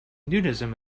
nudism